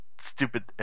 stupid